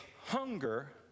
hunger